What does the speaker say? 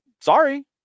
Sorry